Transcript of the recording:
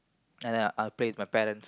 and then I'll play with my parents